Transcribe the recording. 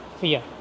fear